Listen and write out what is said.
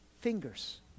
fingers